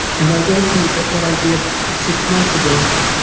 and i don't think that what i did six months ago